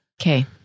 Okay